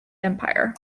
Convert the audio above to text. empire